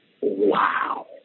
wow